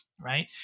right